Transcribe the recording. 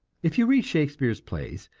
if you read shakespeare's plays,